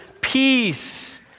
peace